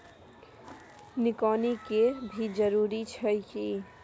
निकौनी के भी जरूरी छै की?